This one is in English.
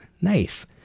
Nice